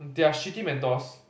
there are shitty mentors